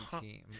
team